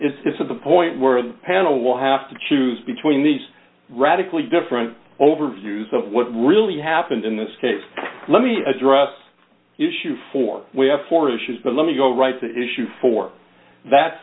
record it's at the point where the panel will have to choose between these radically different over views of what really happened in this case let me address the issue for we have four issues but let me go right to the issue for that